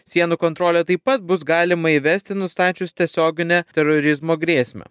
sienų kontrolę taip pat bus galima įvesti nustačius tiesioginę terorizmo grėsmę